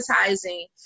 advertising